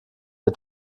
der